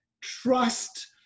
trust